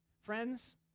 friends